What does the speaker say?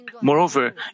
Moreover